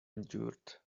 endured